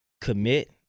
commit